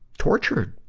tortured.